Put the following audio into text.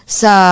sa